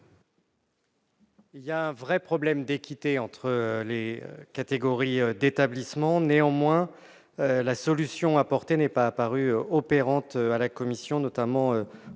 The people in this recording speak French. effet un véritable problème d'équité entre catégories d'établissements. Néanmoins, la solution proposée n'est pas apparue opérante à la commission, notamment en